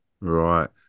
Right